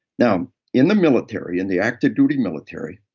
now, in the military, in the active duty military,